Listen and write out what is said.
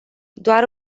doar